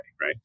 right